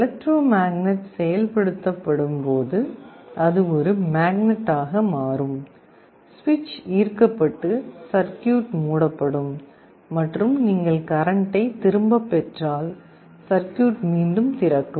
electromagnet செயல்படுத்தப்படும் போது அது ஒரு மேக்னட்டாக மாறும் சுவிட்ச் ஈர்க்கப்பட்டு சர்க்யூட் மூடப்படும் மற்றும் நீங்கள் கரண்ட்டைத் திரும்பப் பெற்றால் சர்க்யூட் மீண்டும் திறக்கும்